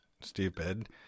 stupid